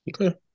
Okay